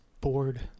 bored